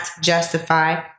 justify